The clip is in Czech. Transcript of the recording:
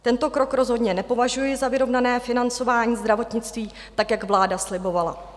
Tento krok rozhodně nepovažuji za vyrovnané financování zdravotnictví, tak jak vláda slibovala.